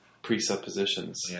presuppositions